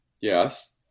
Yes